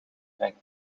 brengen